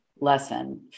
lesson